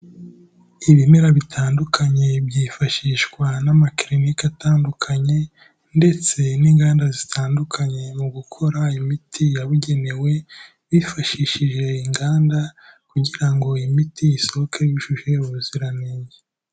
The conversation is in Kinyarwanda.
Ibimera bitandukanye byifashishwa n'ama clinic atandukanye ndetse n'inganda zitandukanye mu gukora imiti yabugenewe, bifashishije inganda kugira iyi miti isohoke yujuje ubuziranenge.